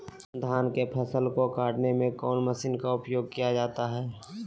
धान के फसल को कटने में कौन माशिन का उपयोग किया जाता है?